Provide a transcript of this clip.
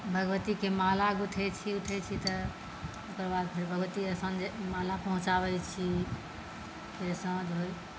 भगवतीकेँ माला गूथै छी उठै छी तऽ ओकर बाद फेर भगवती स्थान जाय लए माला पहुँचाबै छी फेर साँझ होइत